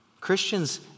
christians